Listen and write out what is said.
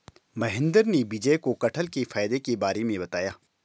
महेंद्र ने विजय को कठहल के फायदे के बारे में बताया